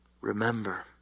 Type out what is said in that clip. Remember